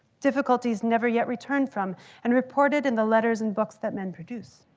difficulties never yet returned from and reported in the letters and books that men produce.